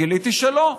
גיליתי שלא.